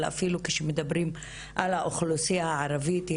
אבל אפילו כשמדברים על האוכלוסיה הערבית היא